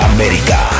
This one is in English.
America